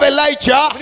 Elijah